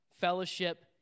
fellowship